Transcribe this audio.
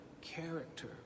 character